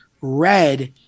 Red